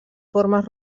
formes